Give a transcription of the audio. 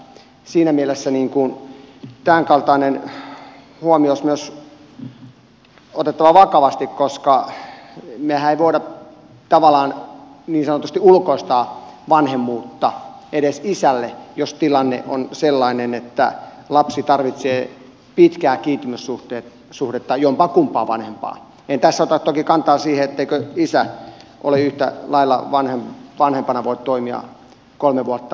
siinä mielessä myös tämänkaltainen huomio olisi otettava vakavasti koska mehän emme voi tavallaan niin sanotusti ulkoistaa vanhemmuutta edes isälle jos tilanne on sellainen että lapsi tarvitsee pitkää kiintymyssuhdetta jompaankumpaan vanhempaan en tässä ota toki kantaa siihen etteikö isä yhtä lailla voi näin toimia vanhempana kolme vuotta